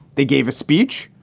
they gave a speech.